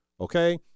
okay